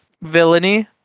villainy